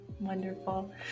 Wonderful